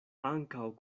ankaŭ